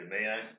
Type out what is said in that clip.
man